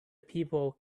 people